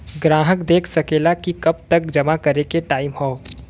ग्राहक देख सकेला कि कब तक जमा करे के टाइम हौ